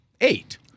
eight